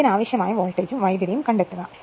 ഇതിന് ആവശ്യമായ വോൾട്ടേജും കറന്റും കണ്ടെത്തുക